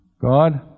God